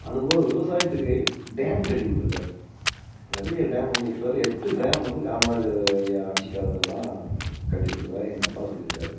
அது போக விவசாயத்துக்கு டேம் கட்டி கொடுத்துருக்காரு நிறைய டேமு வந்து கிட்டத்தட்ட எட்டு டேமு வந்து காமராஜர் ஐயா ஆட்சி காலத்தில் தான் கட்டி கொடுத்ததாக எங்கள் அப்பா சொல்லியிருக்காரு